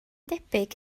debyg